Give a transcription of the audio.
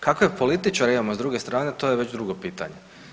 Kakve političare imamo s druge strane, to je već drugo pitanje.